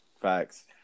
Facts